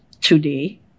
Today